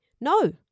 No